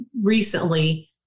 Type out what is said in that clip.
recently